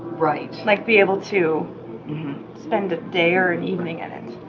right. like be able to spend a day or an evening in it.